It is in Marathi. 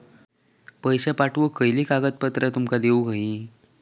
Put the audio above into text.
पैशे पाठवुक खयली कागदपत्रा तुमका देऊक व्हयी?